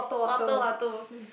Orto Ortos